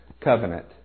covenant